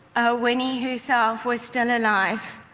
ah winnie herself was still alive.